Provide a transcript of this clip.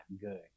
good